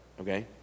Okay